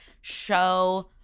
show